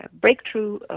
breakthrough